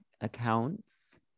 accounts